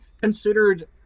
considered